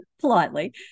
politely